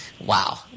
Wow